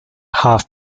half